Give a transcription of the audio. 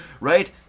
right